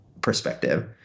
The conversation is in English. perspective